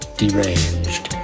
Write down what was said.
deranged